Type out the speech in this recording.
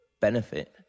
benefit